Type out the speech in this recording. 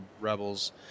rebels